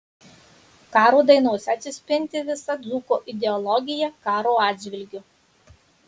karo dainose atsispindi visa dzūko ideologija karo atžvilgiu